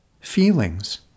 Feelings